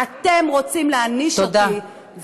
אתם רוצים להעניש אותי,